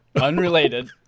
Unrelated